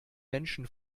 menschen